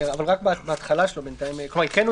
אני מדברת על פסקת משנה (א)(2)(א).